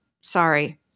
Sorry